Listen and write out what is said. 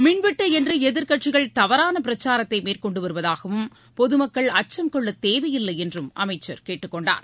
மின்வெட்டுஎன்றுஎதிர்க்கட்சிகள் தவறானபிரச்சாரத்தைமேற்கொண்டுவருவதாகவும் பொதுமக்கள் அச்சம் கொள்ளதேவையில்லைஎன்றும் அமைச்சர் கேட்டுக்கொண்டார்